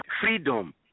Freedom